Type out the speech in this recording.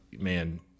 man